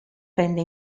prende